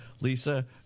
lisa